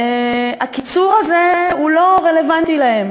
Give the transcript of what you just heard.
הקיצור הזה הוא לא רלוונטי להם,